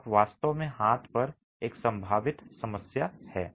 तो आप वास्तव में हाथ पर एक संभावित समस्या है